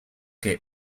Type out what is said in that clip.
que